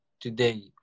today